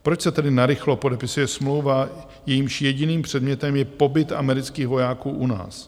Proč se tedy narychlo podepisuje smlouva, jejímž jediným předmětem je pobyt amerických vojáků u nás?